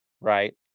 right